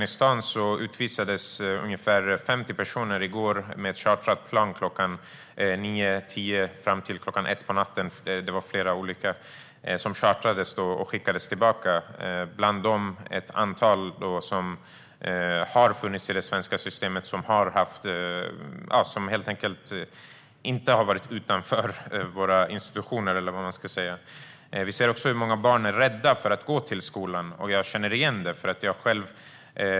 I går utvisades ungefär 50 personer till Afghanistan med chartrade plan från 9-tiden fram till kl. 1 på natten. Bland dem fanns ett antal som har befunnit sig i det svenska systemet, alltså inte har varit så att säga utanför våra institutioner. Många barn är rädda för att gå till skolan. Jag känner igen det.